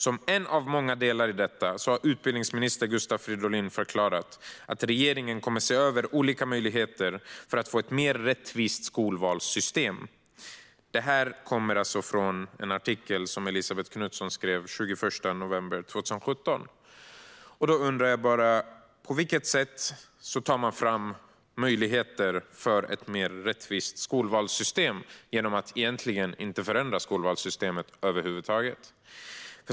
Som en av många delar i detta har utbildningsminister Gustav Fridolin förklarat att regeringen kommer att se över olika möjligheter för att få ett mer rättvist skolvalssystem. Då undrar jag: På vilket sätt skapar man möjligheter för ett mer rättvist skolvalssystem genom att egentligen inte förändra skolvalssystemet över huvud taget?